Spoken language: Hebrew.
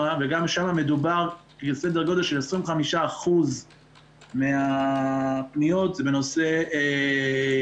וגם שם מדובר על סדר גודל של 25% מהפניות שהם בנושא עסקים.